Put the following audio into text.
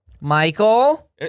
Michael